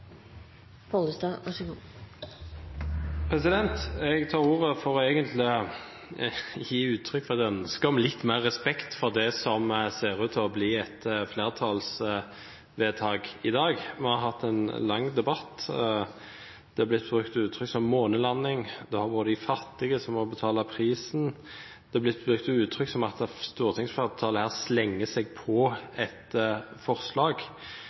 Jeg tar ordet for å gi uttrykk for et ønske om litt mer respekt for det som ser ut til å bli et flertallsvedtak i dag. Vi har hatt en lang debatt. Det er brukt uttrykk som «månelanding», det er sagt at det er de fattige som må betale prisen, og det er brukt uttrykk som at stortingsflertallet her slenger seg på et forslag.